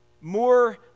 more